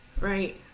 right